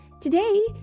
Today